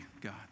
God